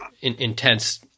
intense